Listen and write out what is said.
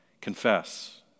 Confess